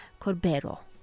Corbero